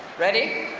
ready?